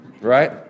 Right